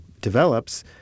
develops